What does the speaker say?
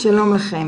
'שלום לכם,